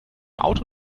auto